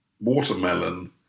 Watermelon